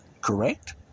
correct